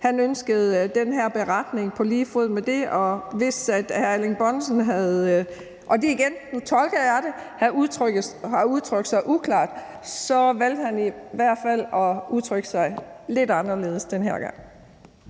Han ønskede at få den her beretning på lige fod med os, og hvis hr. Erling Bonnesen – og nu tolker jeg det igen – har udtrykt sig uklart, så valgte han i hvert fald at udtrykke sig lidt anderledes den her gang.